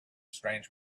strange